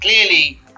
clearly